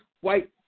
white